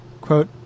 Quote